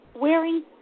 wearing